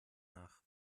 nach